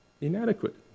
inadequate